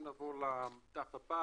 אם נעבור לשקף הבא,